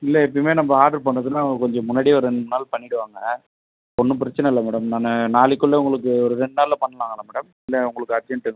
இல்லை எப்போயுமே நம்ம ஆர்டர் பண்ணுறதுன்னா கொஞ்சம் முன்னாடியே ஒரு ரெண்டு மூணு நாள் பண்ணிவிடுவாங்க ஒன்றும் பிரச்சினை இல்லை மேடம் நான் நாளைக்குள்ளே உங்களுக்கு ஒரு ரெண்டு நாளில் பண்ணலாங்களா மேடம் இல்லை உங்களுக்கு அர்ஜெண்ட்டுங்களா